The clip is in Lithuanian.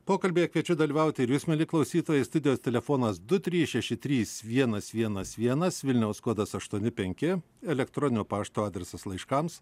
pokalbyje kviečiu dalyvauti ir jus mieli klausytojai studijos telefonas du trys šeši trys vienas vienas vienas vilniaus kodas aštuoni penki elektroninio pašto adresas laiškams